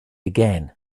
again